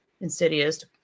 insidious